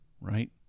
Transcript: right